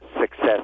success